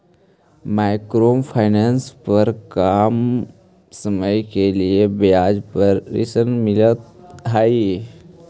micro finance पर कम समय के लिए ब्याज पर ऋण मिलऽ हई